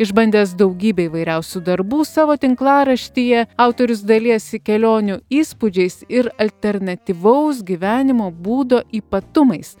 išbandęs daugybę įvairiausių darbų savo tinklaraštyje autorius dalijasi kelionių įspūdžiais ir alternatyvaus gyvenimo būdo ypatumais